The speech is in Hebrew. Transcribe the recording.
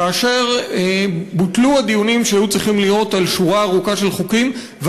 כאשר בוטלו הדיונים שהיו צריכים להיות על שורה ארוכה של חוקים,